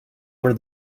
were